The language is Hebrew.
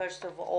ראשית אני מתכבדת